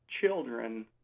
children